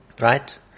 right